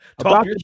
Talk